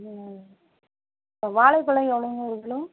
ம்ம் அப்போது வாழைப் பழம் எவ்வளோங்க ஒரு கிலோ